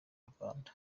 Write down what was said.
rwanda